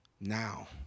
now